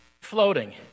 floating